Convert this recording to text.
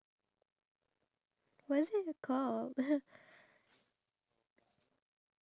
if the stem or the stalk breaks I don't know if I'm supposed to cut it or just leave it there